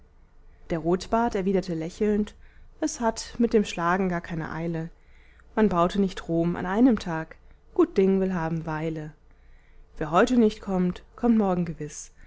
der rotbart erwiderte lächelnd es hat mit dem schlagen gar keine eile man baute nicht rom an einem tag gut ding will haben weile wer heute nicht kommt kommt morgen gewiß